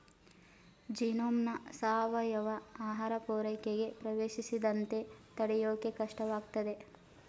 ಜೀನೋಮ್ನ ಸಾವಯವ ಆಹಾರ ಪೂರೈಕೆಗೆ ಪ್ರವೇಶಿಸದಂತೆ ತಡ್ಯೋಕೆ ಕಷ್ಟವಾಗ್ತದೆ